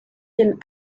den